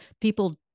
people